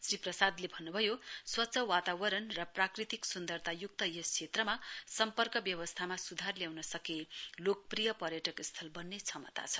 श्री प्रसादले भन्नुभयो स्वच्छ वातावरण र प्राकृतिक सुन्दरतायुक्त यस क्षेत्रमा सम्पर्क व्यवस्थामा सुधार ल्याउन सके लोकप्रिय पर्यटक स्थल बन्ने क्षमता छ